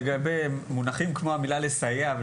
לגבי מונחים כמו "לסייע",